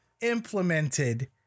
implemented